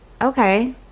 Okay